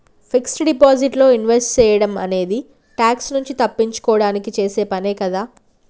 fixed deposit లో invest సేయడం అనేది ట్యాక్స్ నుంచి తప్పించుకోడానికి చేసే పనే కదా